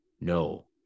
No